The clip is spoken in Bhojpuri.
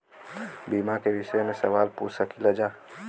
बीमा के विषय मे सवाल पूछ सकीलाजा?